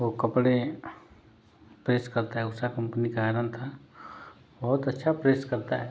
वो कपड़े प्रेस करता है उषा कम्पनी का आयरन था बहुत अच्छा प्रेस करता है